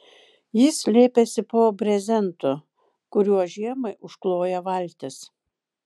jis slėpėsi po brezentu kuriuo žiemai užkloja valtis